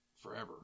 Forever